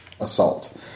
assault